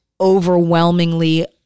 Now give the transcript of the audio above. overwhelmingly